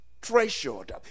treasured